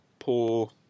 poor